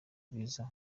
bwiza